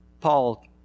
Paul